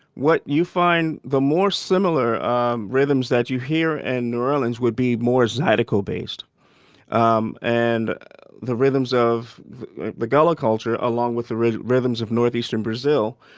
what you find, the more similar um rhythms that you hear in and new orleans would be more zydeco based um and the rhythms of the gullah culture along with the rhythms rhythms of northeastern brazil.